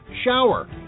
shower